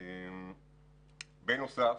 בנוסף,